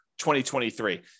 2023